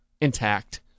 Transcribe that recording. intact